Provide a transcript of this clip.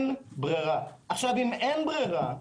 אם אין ברירה,